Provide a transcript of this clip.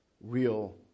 real